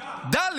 ד.